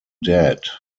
dad